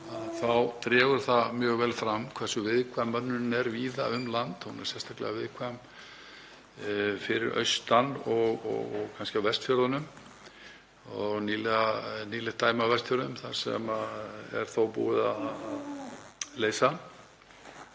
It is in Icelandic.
Það dregur mjög vel fram hversu viðkvæm mönnunin er víða um land og hún er sérstaklega viðkvæm fyrir austan og kannski á Vestfjörðum. Við höfum nýlegt dæmi af Vestfjörðum sem þó er búið að leysa.